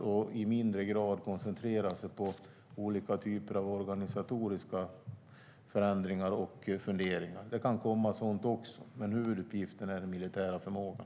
Man ska i mindre grad koncentrera sig på olika typer av organisatoriska förändringar och funderingar. Det kan komma sådant också, men huvuduppgiften är den militära förmågan.